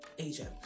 asia